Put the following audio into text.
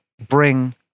Bring